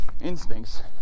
Instincts